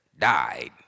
died